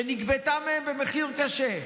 שנגבתה מהם במחיר קשה.